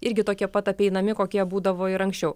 irgi tokie pat apeinami kokie būdavo ir anksčiau